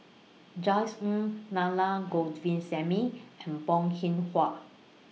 Josef Ng Nana Govindasamy and Bong Hiong Hwa